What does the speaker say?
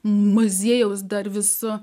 muziejaus dar visu